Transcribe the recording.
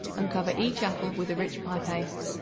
and cover each apple with a rich pie-paste.